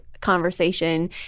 conversation